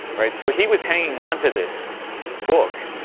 right? so, he was hanging onto this book,